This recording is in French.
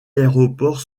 aéroports